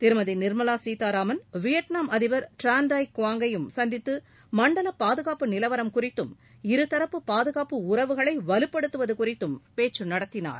திருமதி நிர்மலா கீதாராமன் வியட்நாம் அதிபர் Tran Dai Quang ஐயும் சந்தித்து மண்டல பாதுகாப்பு நிலவரம் குறித்தும் இருதரப்பு பாதுகாப்பு உறவுகளை வலுப்படுத்துவது குறித்தும் பேச்சு நடத்தினார்